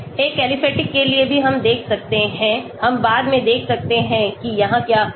एक एलिफेटिक के लिए भी हम देख सकते हैं हम बाद में देख सकते हैं कि यहाँ क्या औचित्य है